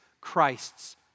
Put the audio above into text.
Christ's